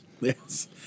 Yes